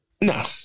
No